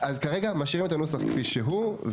אז כרגע משאירים את הנוסח כפי שהוא.